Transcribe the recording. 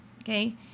okay